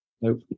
Nope